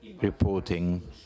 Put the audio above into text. reporting